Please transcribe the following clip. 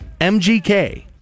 MGK